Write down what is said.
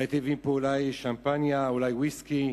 הייתי מביא לפה אולי שמפניה, אולי ויסקי,